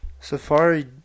safari